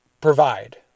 provide